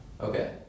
Okay